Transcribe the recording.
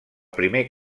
primer